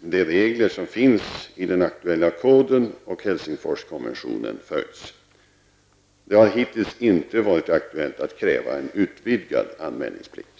de regler som finns i bl.a. IMDG-koden och Helsingforskonventionen följs. Det har hittills inte varit aktuellt att kräva en utvidgad anmälningsplikt.